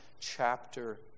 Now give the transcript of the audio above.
chapter